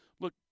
Look